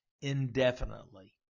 indefinitely